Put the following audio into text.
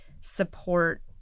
support